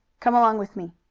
come along with me.